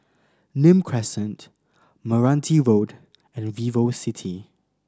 Nim Crescent Meranti Road and VivoCity